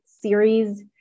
series